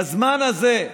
בזמן הזה,